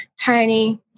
Tiny